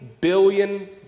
billion